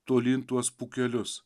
tolyn tuos pūkelius